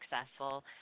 successful